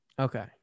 Okay